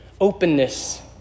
openness